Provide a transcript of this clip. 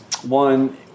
One